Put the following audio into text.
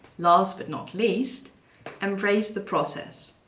last but not least embrace the process.